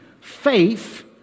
Faith